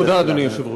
תודה, אדוני היושב-ראש.